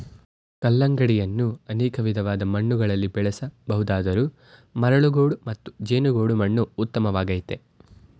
ಕಲ್ಲಂಗಡಿಯನ್ನು ಅನೇಕ ವಿಧವಾದ ಮಣ್ಣುಗಳಲ್ಲಿ ಬೆಳೆಸ ಬಹುದಾದರೂ ಮರಳುಗೋಡು ಮತ್ತು ಜೇಡಿಗೋಡು ಮಣ್ಣು ಉತ್ತಮವಾಗಯ್ತೆ